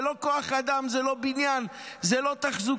זה לא כוח אדם, זה לא בניין, זה לא תחזוקה.